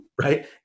right